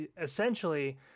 essentially